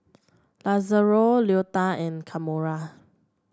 Lazaro Leota and Kamora